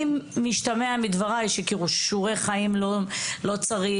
אם משתמע מדברי שכישורי חיים לא צריך,